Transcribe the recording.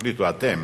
תחליטו אתם